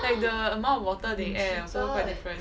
like the amount of water they add also quite different